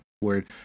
word